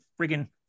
friggin